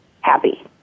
happy